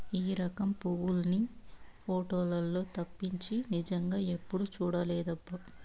ఈ రకం పువ్వుల్ని పోటోలల్లో తప్పించి నిజంగా ఎప్పుడూ చూడలేదబ్బా